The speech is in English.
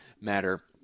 Matter